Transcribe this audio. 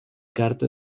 carta